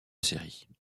série